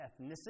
ethnicity